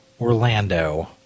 Orlando